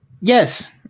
Yes